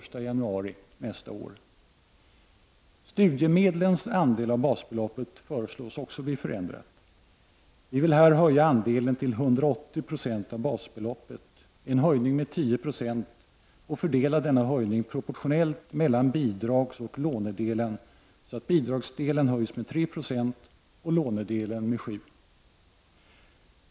Studiemedlens andel av basbeloppet föreslås bli förändrad. Vi vill här höja andelen till 180 20 av basbeloppet, dvs. en höjning med 10 96, och fördela denna höjning proportionellt mellan bidragsoch lånedelen, så att bidragsdelen höjs med 3 70 och lånedelen med 7 9o.